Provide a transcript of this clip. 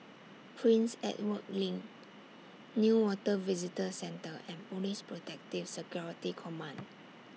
Prince Edward LINK Newater Visitor Centre and Police Protective Security Command